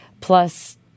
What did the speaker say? plus